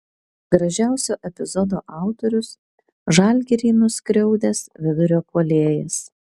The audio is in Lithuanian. gražiausio epizodo autorius žalgirį nuskriaudęs vidurio puolėjas